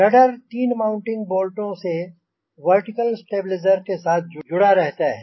rudder 3 mounting बोल्टों से vertical stabiliser के साथ जुड़ा रहता है